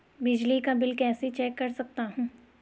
बिजली का बिल कैसे चेक कर सकता हूँ?